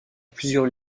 plusieurs